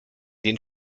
den